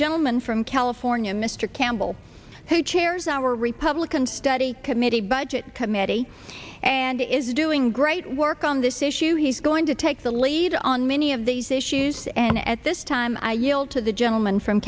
gentleman from california mr campbell who chairs our republican study committee budget committee and is doing great work on this issue he's going to take the lead on many of these issues and at this time i yield to the gentleman from